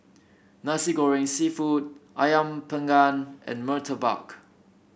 Nasi Goreng seafood ayam panggang and murtabak